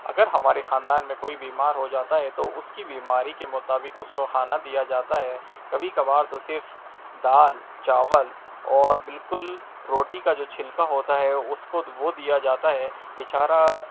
اگر ہمارے خاندان میں کوئی بیمار ہو جاتا ہے تو اس کی بیماری کے مطابق اس کو کھانا دیا جاتا ہے کبھی کبھار تو صرف دال چاول اور بالکل روٹی کا جو چھلکا ہوتا ہے اس کو وہ دیا جاتا ہے بیچارہ